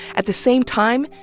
at the same time,